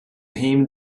him